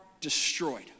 destroyed